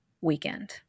weekend